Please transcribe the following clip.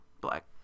black